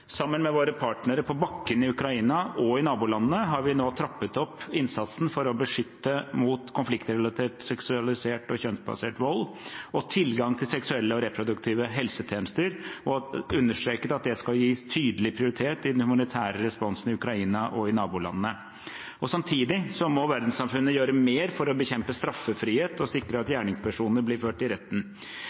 Sammen med våre partnere på bakken i Ukraina og i nabolandene har vi nå har trappet opp innsatsen for å beskytte mot konfliktrelatert seksualisert og kjønnsbasert vold, for tilgang til seksuelle og reproduktive helsetjenester, og vi har understreket at det skal gis tydelig prioritet i den humanitære responsen i Ukraina og i nabolandene. Samtidig må verdenssamfunnet gjøre mer for å bekjempe straffrihet og sikre at gjerningspersonene blir ført til retten.